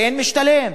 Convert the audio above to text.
כן משתלם.